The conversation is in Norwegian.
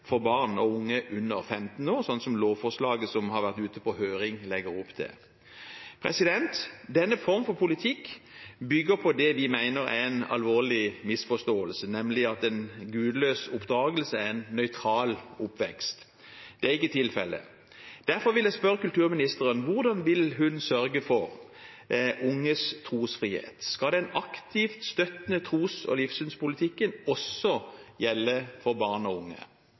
for barn og unge under 15 år, slik som lovforslaget som har vært ute på høring, legger opp til. Denne form for politikk bygger på det vi mener er en alvorlig misforståelse, nemlig at en gudløs oppdragelse er en nøytral oppvekst. Det er ikke tilfellet. Derfor vil jeg spørre kulturministeren: Hvordan vil hun sørge for unges trosfrihet? Skal den aktivt støttende tros- og livssynspolitikken også gjelde for barn og unge?